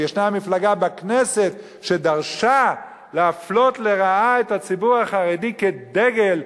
ויש מפלגה בכנסת שדרשה להפלות לרעה את הציבור החרדי כדגל,